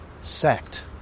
sacked